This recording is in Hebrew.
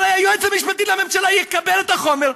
הרי היועץ המשפטי לממשלה יקבל את החומר.